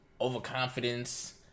overconfidence